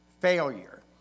failure